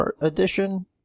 edition